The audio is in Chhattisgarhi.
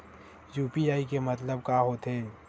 यू.पी.आई के मतलब का होथे?